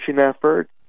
effort